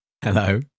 Hello